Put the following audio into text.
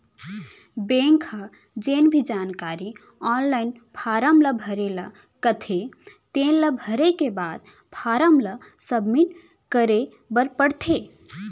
bank ह जेन भी जानकारी आनलाइन फारम ल भरे ल कथे तेन ल भरे के बाद फारम ल सबमिट करे बर परथे